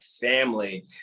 family